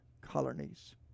colonies